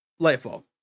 Lightfall